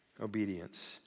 Obedience